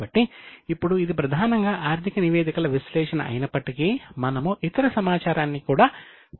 కాబట్టి ఇప్పుడు ఇది ప్రధానంగా ఆర్థిక నివేదికల విశ్లేషణ అయినప్పటికీ మనము ఇతర సమాచారాన్ని కూడా ఉపయోగించబోతున్నాము